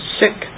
sick